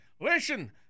Listen